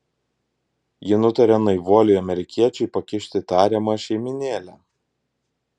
ji nutaria naivuoliui amerikiečiui pakišti tariamą šeimynėlę